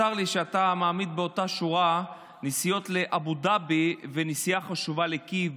צר לי שאתה מעמיד באותה שורה נסיעות לאבו דאבי ונסיעה חשובה לקייב,